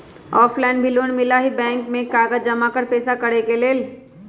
Offline भी loan मिलहई bank में कागज जमाकर पेशा करेके लेल?